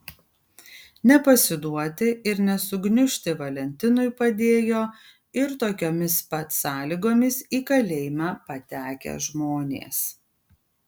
nepasiduoti ir nesugniužti valentinui padėjo ir tokiomis pat sąlygomis į kalėjimą patekę žmonės